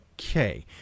okay